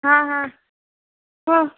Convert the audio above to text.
हाँ हाँ हाँ